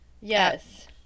Yes